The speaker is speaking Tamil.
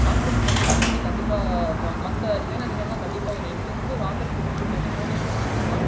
ஆன்ட்ரோபிரினெர்ஷிப்பை வந்து கண்டிப்பாக மற்ற இளைஞர்கள் எல்லாம் கண்டிப்பாக ஒரு எங்ஸ்டர்ஸ் வந்து ஒரு ஆன்ட்ரோபிரினெர்ஷிப்பை வந்து ஃபோக்கஸ் பண்ணான்னு சொன்னால்